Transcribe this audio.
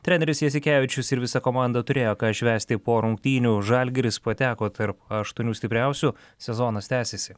treneris jasikevičius ir visa komanda turėjo ką švęsti po rungtynių žalgiris pateko tarp aštuonių stipriausių sezonas tęsiasi